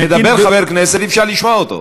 מדבר חבר כנסת, אי-אפשר לשמוע אותו.